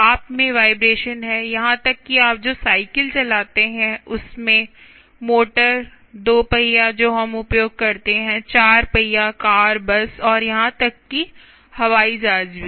आप में वाइब्रेशन है यहां तक कि आप जो साइकिल चलाते हैं उसमें मोटर 2 पहिया जो हम उपयोग करते हैं 4 पहिया कार बस और यहां तक कि हवाई जहाज भी